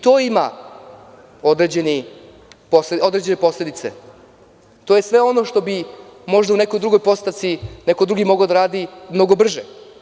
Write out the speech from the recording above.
To ima određene posledice i to je sve ono što bi možda u nekoj drugoj postavci neko drugi mogao da radi mnogo brže.